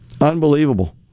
Unbelievable